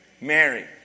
Mary